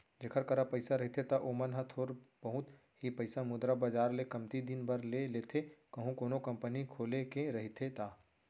जेखर करा पइसा रहिथे त ओमन ह थोर बहुत ही पइसा मुद्रा बजार ले कमती दिन बर ले लेथे कहूं कोनो कंपनी खोले के रहिथे ता